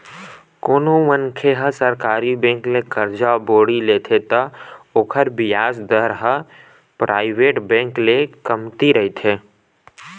कोनो मनखे ह सरकारी बेंक ले करजा बोड़ी लेथे त ओखर बियाज दर ह पराइवेट बेंक ले कमती रहिथे